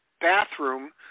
bathroom